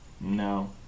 No